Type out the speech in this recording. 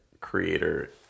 creator